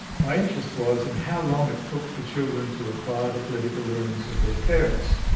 my interest was in how long it took for children to acquire the political leanings of their parents.